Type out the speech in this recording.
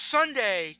Sunday